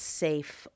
safe